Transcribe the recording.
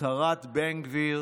הצהרת בן גביר